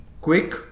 quick